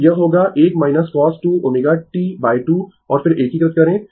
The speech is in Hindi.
तो यह होगा 1 cos 2 ω T 2 और फिर एकीकृत करें